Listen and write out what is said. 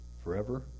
Forever